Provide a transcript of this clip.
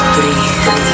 Breathe